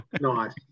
Nice